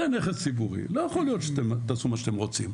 זה נכס ציבורי לא יכול להיות שאתם תעשו מה שאתם רוצים.